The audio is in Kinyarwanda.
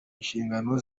nshingano